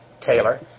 Taylor